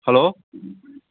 hello